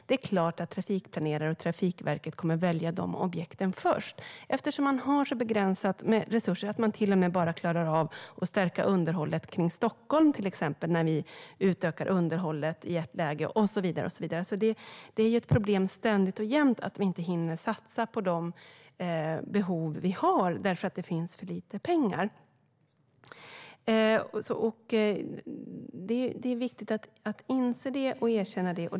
Det är klart att trafikplanerare och Trafikverket kommer att välja de objekten först, eftersom man har så begränsade resurser att man till och med bara klarar av att stärka underhållet kring Stockholm till exempel när man utökar underhållet. Det är ett problem ständigt och jämt att vi inte hinner satsa på de behov vi har därför att det finns för lite pengar. Det är viktigt att inse och erkänna det.